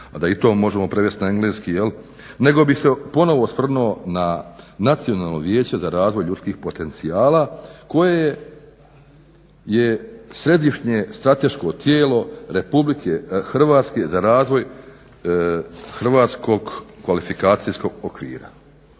da i to možemo prevesti na engleski nego bih se ponovno osvrnuo na Nacionalno vijeće za razvoj ljudskih potencijala koje je središnje strateško tijelo RH za razvoj hrvatskog kvalifikacijskog okvira.